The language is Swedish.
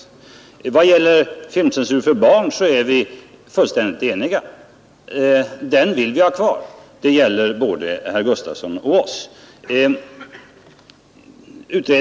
I vad gäller filmcensur för barn är vi fullständigt eniga: den vill både herr Gustavsson och vi ha kvar.